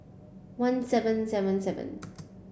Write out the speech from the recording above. one seven seven seven